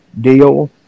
deal